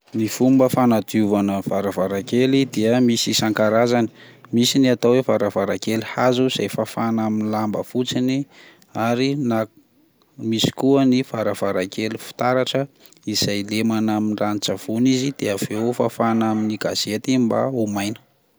Ny fomba fanadiovana varavarakely dia misy isan-karazany, misy ny atao hoe varavaran-kely hazo izay fafana amin'ny lamba fotsiny, ary na misy koa ny varavarakely fitaratra izay lemana amin'ny ranon-tsavony izy dia aveo fafana amin'ny gazety mba ho maina.